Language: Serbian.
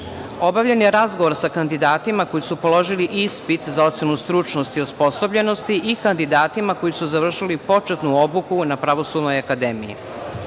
je razgovor sa kandidatima koji su položili ispit za ocenu stručnosti i osposobljenosti i kandidatima koji su završili početnu obuku na Pravosudnoj akademiji. Na